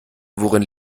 worin